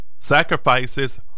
Sacrifices